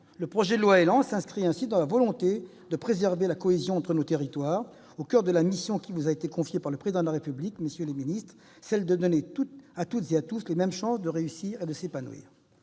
le projet de loi ÉLAN s'inscrit dans la volonté de préserver la cohésion entre nos territoires, au coeur de la mission qui vous a été confiée par le Président de la République : donner à toutes et à tous les mêmes chances de réussir et de s'épanouir.